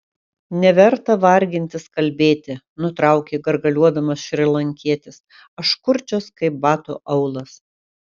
neverta vargintis kalbėti nutraukė gargaliuodamas šrilankietis aš kurčias kaip bato aulas